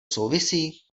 souvisí